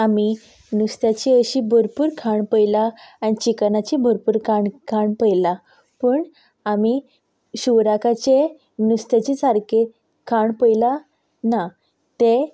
आमी नुस्त्याची अशी भरपूर खाण पळयलां आनी चिकनाचें भरपूर खाण पयलां पूण आमी शिवराकाचें नुस्त्याचें सारकें खाण पळयलां ना तें